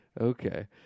Okay